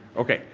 ok,